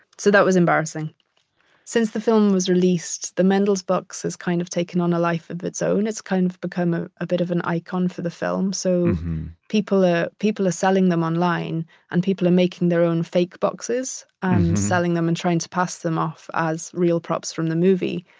so that was embarrassing since the film was released. the mendl's box has kind of taken on a life of its own. it's kind of become ah a bit of an icon for the film. so people are people are selling them online and people are making their own fake boxes selling them and trying to pass them off as real props from the movie,